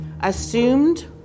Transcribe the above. assumed